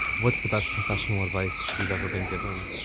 what's the best professional advice you've ever been given?